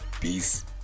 peace